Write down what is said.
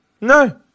no